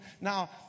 Now